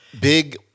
big